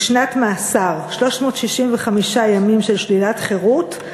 לשנת מאסר, 365 ימים של שלילת חירות,